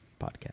podcast